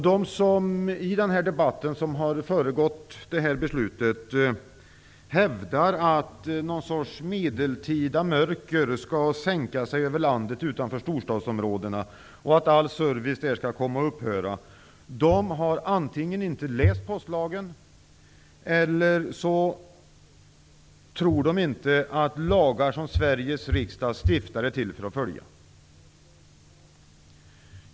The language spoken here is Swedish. De som i debatten som föregått beslutet hävdar att ett medeltida mörker skall sänka sig över landet utanför storstadsområdena och att all service där skall upphöra har antingen inte läst postlagen eller så tror de inte att lagar som Sveriges riksdag stiftar är till för att följas.